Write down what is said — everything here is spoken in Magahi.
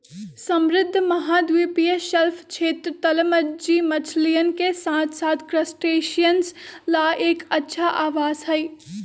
समृद्ध महाद्वीपीय शेल्फ क्षेत्र, तलमज्जी मछलियन के साथसाथ क्रस्टेशियंस ला एक अच्छा आवास हई